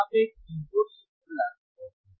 आप एक input signal लागू करते हैं